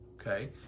okay